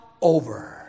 over